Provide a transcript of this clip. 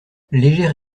légère